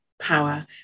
power